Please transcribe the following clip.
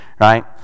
right